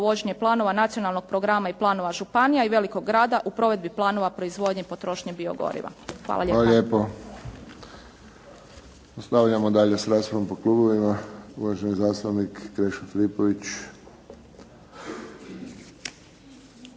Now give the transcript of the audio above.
provođenje planova nacionalnog programa i planova županija i velikog grada u provedbi planova proizvodnje, potrošnje biogoriva. Hvala lijepo. **Friščić, Josip (HSS)** Hvala lijepo. Nastavljamo dalje sa raspravom po klubovima. Uvaženi zastupnik Krešo Filipović.